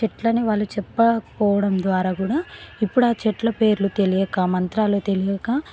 చెట్లని వాళ్ళు చెప్పాకపోవడం ద్వారా కూడా ఇప్పుడా చెట్ల పేర్లు తెలియక మంత్రాలు తెలియక